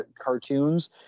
cartoons